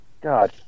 God